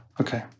okay